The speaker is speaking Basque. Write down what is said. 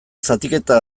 zatiketa